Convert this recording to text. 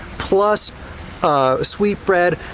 plus sweet bread,